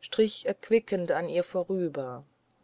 strich erquickend an ihr vorüber